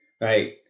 Right